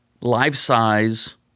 life-size